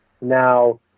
now